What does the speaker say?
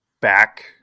back